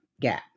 gap